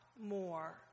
more